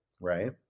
right